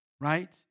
Right